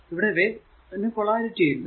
ഇവിടെ ഈ വേവ് നു പൊളാരിറ്റി ഉണ്ട്